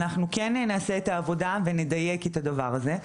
אנחנו נעשה את העבודה ונדייק את הדבר הזה,